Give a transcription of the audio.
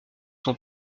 sont